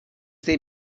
they